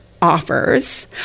offers